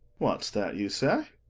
what's that you say?